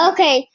Okay